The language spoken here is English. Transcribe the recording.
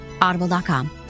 Audible.com